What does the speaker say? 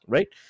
Right